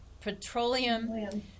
petroleum